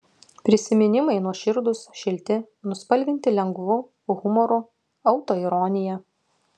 prisiminimai nuoširdūs šilti nuspalvinti lengvu humoru autoironija